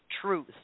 truth